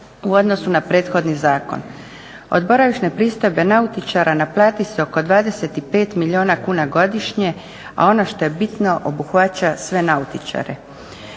u odnosu na prethodni zakon. Od boravišne pristojbe nautičara naplati se oko 25 milijuna kuna godišnje a ono što je bitno obuhvaća sve nautičare.